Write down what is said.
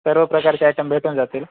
सर्व प्रकारचे आयटम भेटून जातील